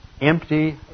empty